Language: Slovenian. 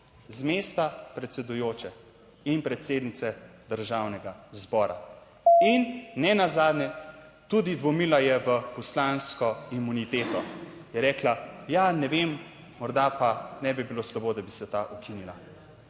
z mesta predsedujoče in predsednice Državnega zbora. In nenazadnje tudi dvomila je v poslansko imuniteto. Je rekla, ja, ne vem, morda pa ne bi bilo slabo, da bi se ta ukinila.